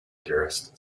dearest